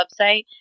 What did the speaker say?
website